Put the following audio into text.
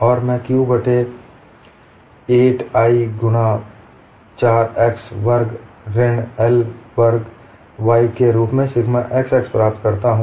और मैं q बट्टे 8I गुणा 4x वर्ग ऋण L वर्ग y के रूप में सिग्मा xx प्राप्त करता हूँ